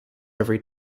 every